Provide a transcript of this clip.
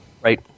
Right